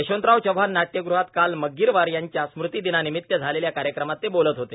यशवंतराव चव्हाण नाट्यगृहात काल मग्गीरवार यांच्या स्मृतीदिनानिमित झालेल्या कार्यक्रमात ते बोलत होते